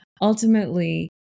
ultimately